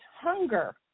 hunger